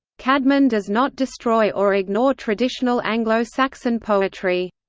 caedmon does not destroy or ignore traditional anglo-saxon poetry.